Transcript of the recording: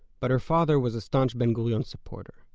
but her father was a staunch ben-gurion supporter.